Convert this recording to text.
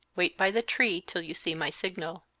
wait by the tree till you see my signal.